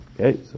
Okay